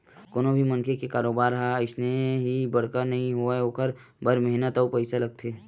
कोनो भी मनखे के कारोबार ह अइसने ही बड़का नइ होवय ओखर बर मेहनत अउ पइसा लागथे